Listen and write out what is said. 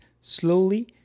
slowly